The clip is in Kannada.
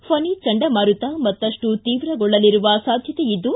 ಫನಿ ಚಂಡಮಾರುತ ಮತ್ತಷ್ಟು ತೀವ್ರಗೊಳ್ಳಲಿರುವ ಸಾಧ್ಯತೆಯಿದ್ದು